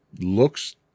looks